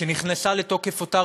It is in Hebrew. כשנכנסה לתוקף אותה